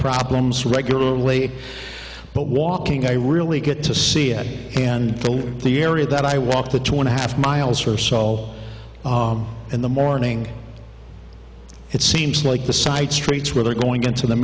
problems regularly but walking i really get to see it and the area that i walk the two and a half miles or so in the morning it seems like the side streets where they're going into the